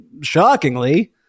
shockingly